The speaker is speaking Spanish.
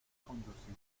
conducir